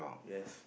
yes